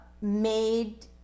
made